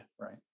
Right